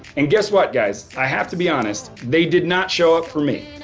and guess what guys? i have to be honest, they did not show up for me.